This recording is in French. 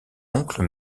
oncle